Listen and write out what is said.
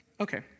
Okay